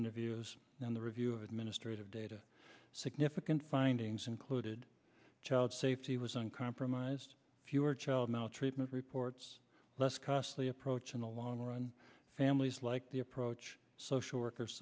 in views and the review of administrative data significant findings included child safety was uncompromised fewer child maltreatment reports less costly approach in the long run families like the approach social worker